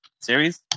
Series